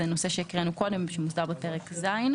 זה נושא שהקראנו קודם, ומוסדר בפרק ז'.